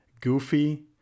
goofy